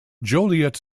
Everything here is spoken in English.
joliet